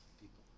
people